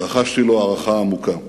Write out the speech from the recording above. רחשתי לו הערכה עמוקה.